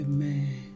Amen